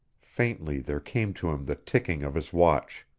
faintly there came to him the ticking of his watch.